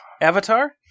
Avatar